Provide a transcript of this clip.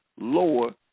lower